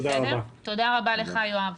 תודה רבה לך, יואב.